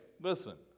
listen